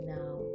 now